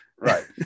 Right